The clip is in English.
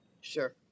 Sure